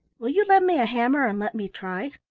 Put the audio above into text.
will you lend me a hammer and let me try?